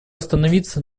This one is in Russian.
остановиться